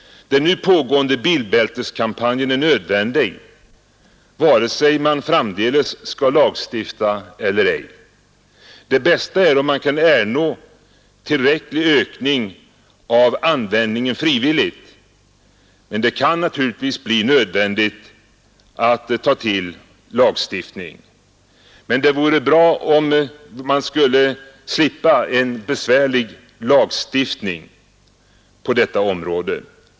Den nu pågående bilbälteskampanjen är nödvändig vare sig man framdeles skall lagstifta eller ej. Det bästa är om man kan ernå tillräcklig ökning av användningen frivilligt. Men det kan naturligtvis bli nödvändigt att ta till lagstiftning. Det vore dock bra om man kunde slippa en besvärlig lagstiftning på detta område.